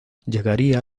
llegaría